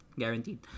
guaranteed